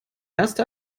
erste